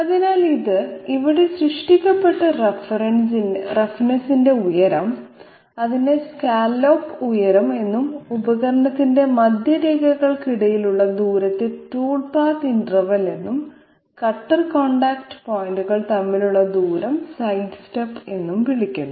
അതിനാൽ ഇത് ഇവിടെ സൃഷ്ടിക്കപ്പെട്ട റഫ്നെസ്ന്റെ ഉയരം അതിനെ സ്കല്ലോപ്പ് ഉയരം എന്നും ഉപകരണത്തിന്റെ മധ്യരേഖകൾക്കിടയിലുള്ള ദൂരത്തെ ടൂൾ പാത്ത് ഇന്റർവെൽ എന്നും കട്ടർ കോൺടാക്റ്റ് പോയിന്റുകൾ തമ്മിലുള്ള ദൂരം സൈഡ് സ്റ്റെപ്പ് എന്നും വിളിക്കുന്നു